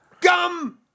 gum